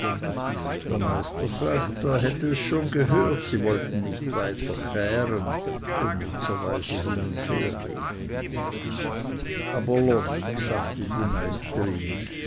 der meister sagte er hätte es schon gehört sie wollten nicht weiter chären aber los sagte die meisterin